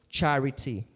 charity